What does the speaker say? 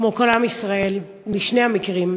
כמו כל עם ישראל, משני המקרים,